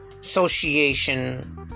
Association